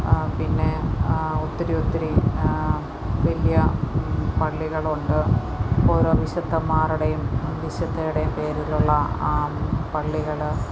പിന്നെ ഒത്തിരി ഒത്തിരി വലിയ പള്ളികളുണ്ട് ഓരോ വിശുദ്ധന്മാരുടെയും വിശുദ്ധയുടെയും പേരിലുള്ള പള്ളികൾ